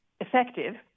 effective